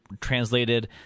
translated